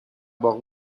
باغ